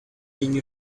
being